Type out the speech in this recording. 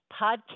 Podcast